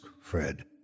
Fred